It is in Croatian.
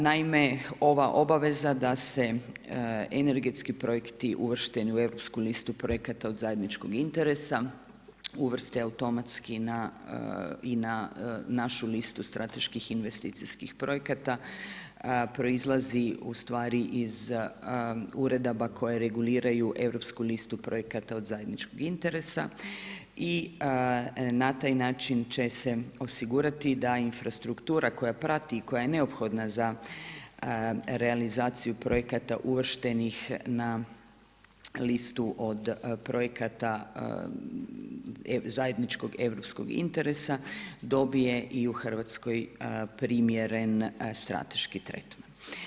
Naime, ova obaveza da se energetski projekti uvršteni u europsku listu projekata od zajedničkog interesa, uvrste automatski i na našu listu strateških investicijskih projekata proizlazi ustvari iz uredaba koje reguliraju europsku listu projekata od zajedničkog interesa i na taj način će se osigurati da infrastruktura koja prati i koja je neophodna za realizaciju projekata uvrštenu na listu od projekata zajedničkog europskog interesa, dobije i u Hrvatskoj primjeren strateški tretman.